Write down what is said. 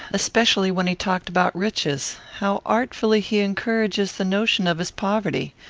especially when he talked about riches? how artfully he encourages the notion of his poverty!